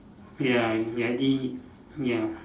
ya ya I did ya